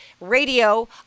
radio